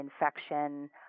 infection